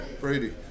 Brady